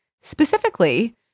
Specifically